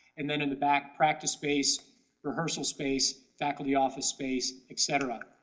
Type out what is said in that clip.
and then in the back practice-based rehearsal space, faculty office space, etc.